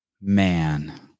Man